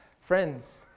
Friends